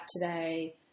today